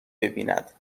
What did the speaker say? ببیند